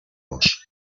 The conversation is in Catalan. nos